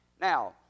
Now